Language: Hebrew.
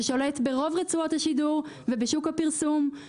ששולט ברוב רצועות השידור ובשוק הפרסום.